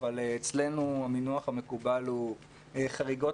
אבל אצלנו המינוח המקובל הוא "חריגות